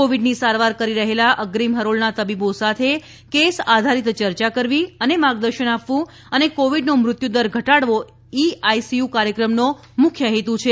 કોવિડની સારવાર કરી રહેલા અગ્રીમ હરોળનાં તબીબો સાથે કેસ આધારીત ચર્ચા કરવી અને માર્ગદર્શન આપવું અને કોવિડનો મૃત્યુદર ધટાડવોએ ઈ આઈસીયુ કાર્યક્રમનો મુખ્ય હેતું છે